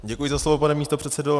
Děkuji za slovo, pane místopředsedo.